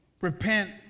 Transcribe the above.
repent